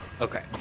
Okay